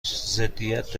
ضدیت